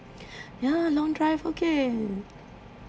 ya long drive okay